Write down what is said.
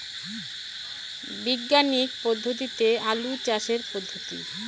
বিজ্ঞানিক পদ্ধতিতে আলু চাষের পদ্ধতি?